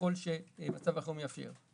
ככל שמצב החירום יאפשר.